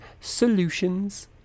Solutions